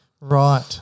Right